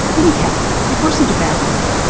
anyhow, it wasn't about that.